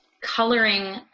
coloring